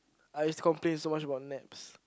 I used to complain so much about naps